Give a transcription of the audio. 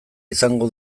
izango